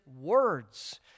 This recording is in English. words